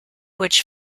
which